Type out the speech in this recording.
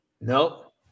nope